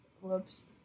Whoops